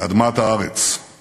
שלמה ומהירה לאם המשפחה יעל